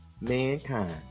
mankind